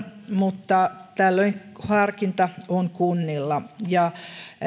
mutta tällöin harkinta on kunnilla